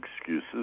excuses